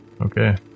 okay